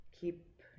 keep